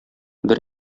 бер